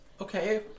Okay